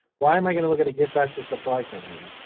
why am i gonna look at a gift basket supply company?